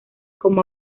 como